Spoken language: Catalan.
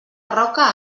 roca